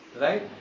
Right